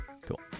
Cool